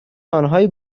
آنهایی